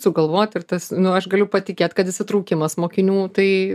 sugalvot ir tas nu aš galiu patikėt kad įsitraukimas mokinių tai